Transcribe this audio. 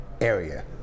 area